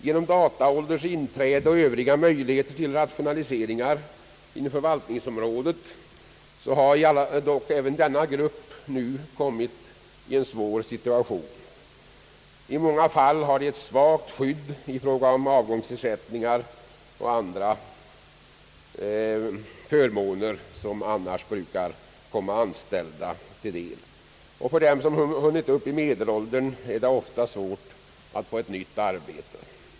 Genom dataålderns inträde och övriga möjligheter till rationaliseringar inom förvaltningsområdet har även denna grupp nu råkat i en svår situation. I många fall har tjänstemännen svagt skydd i fråga om avgångsersättningar och andra förmåner som annars brukar komma anställda till del. För dem som hunnit upp i medelåldern är det ofta svårt att få nytt arbete.